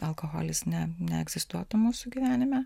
alkoholis ne neegzistuotų mūsų gyvenime